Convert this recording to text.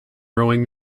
rowing